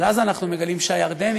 אבל אז אנחנו מגלים שהירדנים,